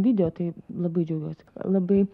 video tai labai džiaugiuosi labai